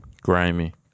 Grimy